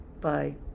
Bye